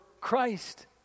Christ